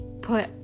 put